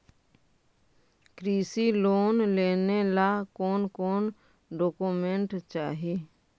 कृषि लोन लेने ला कोन कोन डोकोमेंट चाही?